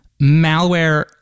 malware